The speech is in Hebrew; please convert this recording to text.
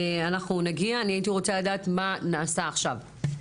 אני הייתי רוצה לדעת מה נעשה עכשיו.